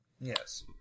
Yes